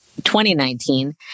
2019